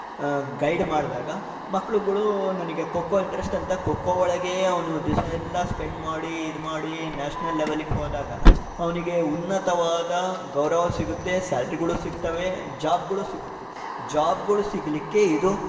guide ಮಾಡಿದಾಗ ಮಕ್ಕಳುಗಳು ನನಗೆ ಖೋಖೋ ಇಂಟ್ರೆಸ್ಟ್ ಅಂತ ಖೋಖೋಗಳಿಗೆ ಒಂದು ದಿವಸ ಎಲ್ಲ ಸ್ಪೆಂಡ್ ಮಾಡಿ ಇದು ಮಾಡಿ ನ್ಯಾಷ್ನಲ್ ಲೆವೆಲ್ಲಿಗೆ ಹೋದಾಗ ಅವನಿಗೆ ಉನ್ನತವಾದ ಗೌರವ ಸಿಗುತ್ತೆ ಸ್ಯಾಲ್ರಿಗಳು ಸಿಗ್ತವೆ ಜಾಬ್ಗಳು ಸಿಗುತ್ತೆ ಜಾಬ್ಗಳು ಸಿಗಲಿಕ್ಕೆ ಇದು